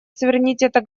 суверенитета